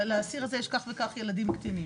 לאסיר הזה יש כל וכך ילדים קטינים.